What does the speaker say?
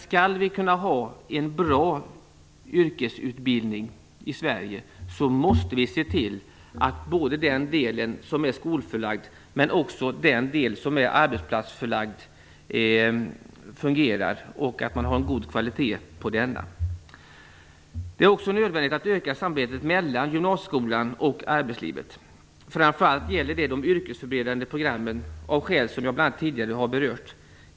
Skall vi kunna ha en bra yrkesutbildning i Sverige måste vi se till att både den del av utbildningen som är förlagd till skolan och den som är arbetsplatsförlagd fungerar och att kvaliteten är god. Det är också nödvändigt att öka samarbetet mellan gymnasieskolan och arbetslivet. Framför allt gäller det de yrkesförberedande programmen, av skäl som jag har berört tidigare.